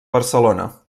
barcelona